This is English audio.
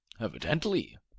Evidently